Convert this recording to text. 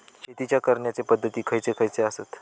शेतीच्या करण्याचे पध्दती खैचे खैचे आसत?